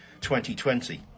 2020